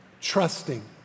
trusting